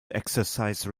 exercise